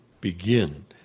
begin